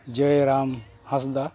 Joyram Hansda